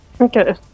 Okay